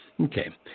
Okay